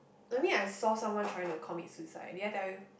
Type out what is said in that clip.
I mean I saw someone trying to commit suicide did I tell you